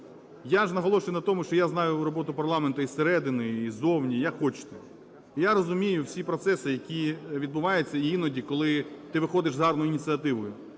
Я ж наголошую на тому, що я знаю роботу парламенту і зсередини, і ззовні, як хочете, і я розумію всі процеси, які відбуваються, і іноді, коли ти виходиш з гарною ініціативою